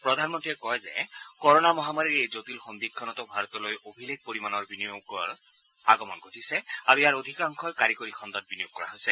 প্ৰধানমন্ত্ৰীয়ে কয় যে কৰ'নাৰ মহামাৰীৰ এই জটিল সন্ধিক্ষণতো ভাৰতলৈ অভিলেখ পৰিমানৰ বিনিয়োগৰ আগমন ঘটিছে আৰু ইয়াৰ অধিক অংশই কাৰিকৰী খণ্ডত বিনিয়োগ কৰা হৈছে